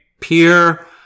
peer